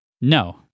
No